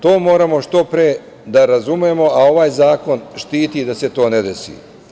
To moramo što pre da razumemo, a ovaj zakon štiti da se to ne desi.